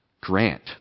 grant